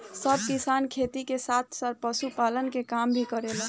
सब किसान खेती के साथ साथ पशुपालन के काम भी करेलन